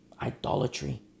idolatry